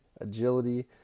agility